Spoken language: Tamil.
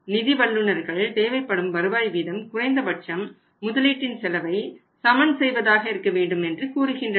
நிதி வல்லுனர்கள் தேவைப்படும் வருவாய் வீதம் குறைந்தபட்சம் முதலீட்டின் செலவை சமன்செய்வதாக இருக்க வேண்டும் என்று கூறுகின்றனர்